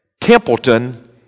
Templeton